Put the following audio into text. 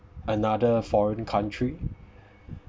another foreign country